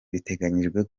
biteganyijwe